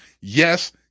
Yes